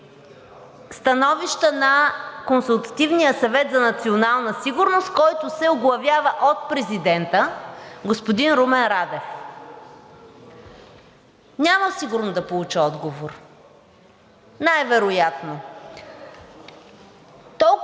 становища на Консултативния съвет за национална сигурност, който се оглавява от президента господин Румен Радев? Няма сигурно да получа отговор най-вероятно. Толкова